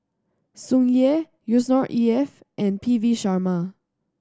Tsung Yeh Yusnor E F and P V Sharma